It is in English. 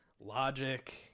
logic